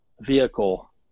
vehicle